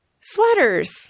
sweaters